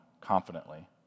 confidently